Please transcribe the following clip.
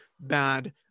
bad